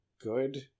good